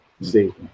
see